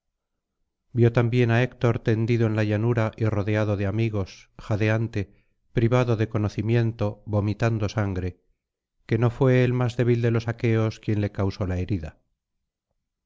vio también á héctor tendido en la llanura y rodeado de amigos jadeante privado de conocimiento vomitando sangre que no fué el más débil de los aqueos quien le causó la herida